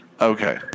okay